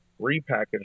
repackage